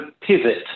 pivot